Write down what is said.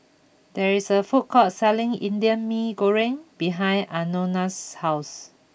there is a food court selling Indian Mee Goreng behind Anona's house